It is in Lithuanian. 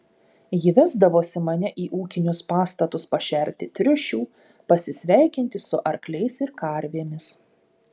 ji vesdavosi mane į ūkinius pastatus pašerti triušių pasisveikinti su arkliais ir karvėmis